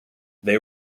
they